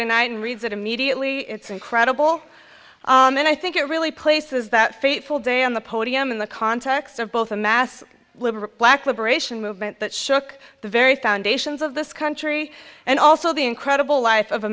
tonight and reads it immediately it's incredible and i think it really places that fateful day on the podium in the context of both a mass lack liberation movement that shook the very foundations of this country and also the incredible life of a